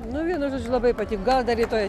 nu vienu žodžiu labai patiko gal dar rytoj